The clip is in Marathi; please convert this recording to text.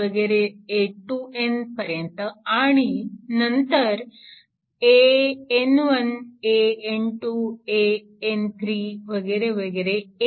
a 2n पर्यंत आणि नंतर an 1 an 2 an 2